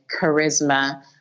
charisma